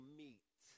meet